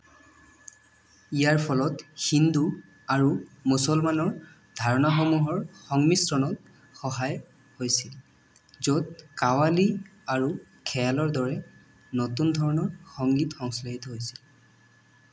ইয়াৰ ফলত হিন্দু আৰু মুছলমানৰ ধাৰণাসমূহৰ সংমিশ্ৰণত সহায় হৈছিল য'ত কাৱালী আৰু খেয়ালৰ দৰে নতুন ধৰণৰ সংগীত সংশ্লেষিত হৈছিল